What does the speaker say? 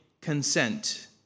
consent